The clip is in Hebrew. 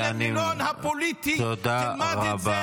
זה --- לך למילון הפוליטי, תלמד את זה.